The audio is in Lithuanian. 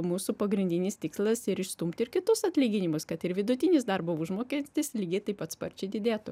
mūsų pagrindinis tikslas ir išstumti ir kitus atlyginimus kad ir vidutinis darbo užmokestis lygiai taip pat sparčiai didėtų